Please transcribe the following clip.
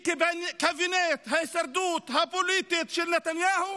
קבינט ההישרדות הפוליטית של נתניהו,